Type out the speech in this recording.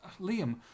Liam